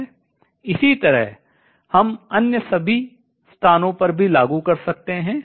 इसी तरह हम अन्य स्थानों पर भी लागू कर सकते हैं